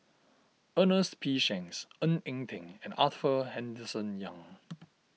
Ernest P Shanks Ng Eng Teng and Arthur Henderson Young